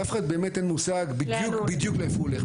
לאף אחד אין באמת מושג לאיפה בדיוק הוא הולך.